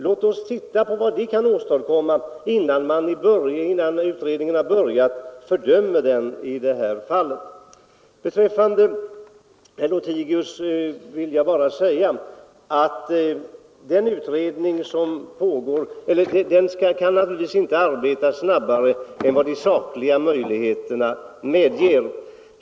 Låt oss se vad den kan åstadkomma i stället för att, innan utredningen har börjat sitt arbete, fördöma den! Till herr Lothigius vill jag dessutom säga att den utredning som pågår naturligtvis inte kan arbeta snabbare än de sakliga förhållandena medger.